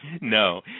no